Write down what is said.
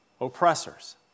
Oppressors